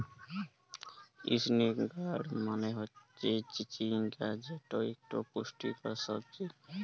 ইসনেক গাড় মালে হচ্যে চিচিঙ্গা যেট ইকট পুষ্টিকর সবজি